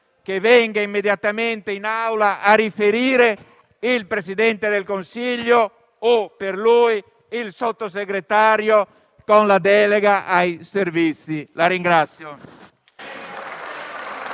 che venga immediatamente in Assemblea a riferire il Presidente del Consiglio o, per lui, il Sottosegretario con la delega ai Servizi.